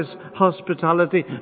hospitality